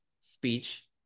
speech